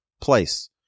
place